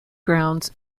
grounds